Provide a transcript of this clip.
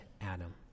Adam